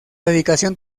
dedicación